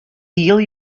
heel